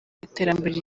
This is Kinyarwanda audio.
iterambere